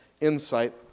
insight